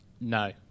No